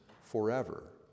forever